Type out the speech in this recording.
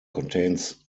contains